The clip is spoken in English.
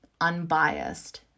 unbiased